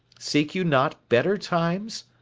seek you not better times?